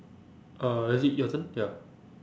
uh is it your turn ya